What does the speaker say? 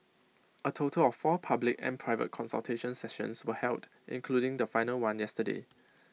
A total of four public and private consultation sessions were held including the final one yesterday